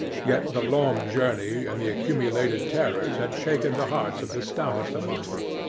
yet the long journey and the accumulated terrors had shaken the hearts of the stoutest among them.